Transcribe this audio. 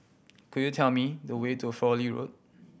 could you tell me the way to Fowlie Road